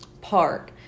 park